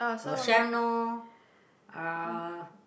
Rosyam-Nor uh